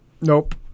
nope